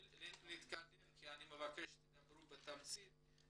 נתקדם כי אני מבקש שתדברו בתמצית.